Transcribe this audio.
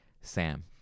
Sam